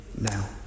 Now